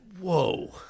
Whoa